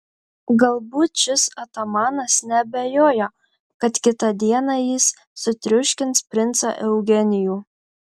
galbūt šis atamanas neabejojo kad kitą dieną jis sutriuškins princą eugenijų